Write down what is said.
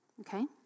Okay